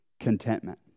contentment